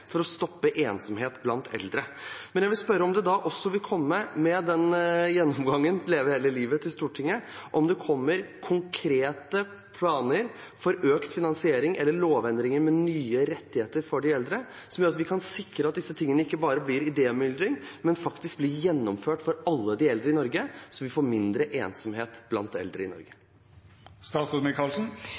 for å stoppe ensomhet blant eldre. Jeg vil spørre om det da også med den gjennomgangen, Leve hele livet, vil komme konkrete planer til Stortinget for økt finansiering eller lovendringer med nye rettigheter for de eldre, som gjør at vi kan sikre at disse tingene ikke bare blir idémyldring, men faktisk blir gjennomført for alle de eldre i Norge, slik at vi får mindre ensomhet blant eldre i